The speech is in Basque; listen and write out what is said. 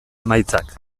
emaitzak